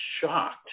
shocked